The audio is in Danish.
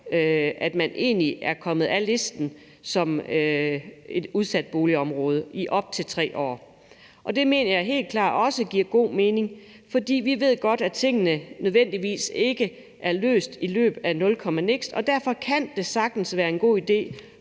man egentlig er kommet af listen som et udsat boligområde i op til 3 år. Det mener jeg helt klart også giver god mening, for vi ved godt, at tingene ikke nødvendigvis er løst i løbet af nul komma niks, og derfor kan det sagtens være en god idé